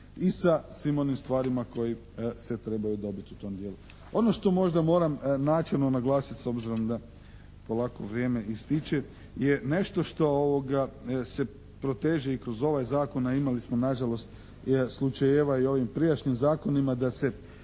i sa svim onim stvarima koje se trebaju dobiti u tom dijelu. Ono što možda moram načelno naglasiti s obzirom da polako vrijeme ističe je nešto što se proteže i kroz ovaj zakon a imali smo nažalost slučajeva i u ovim prijašnjim zakonima da se